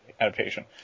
adaptation